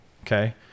Okay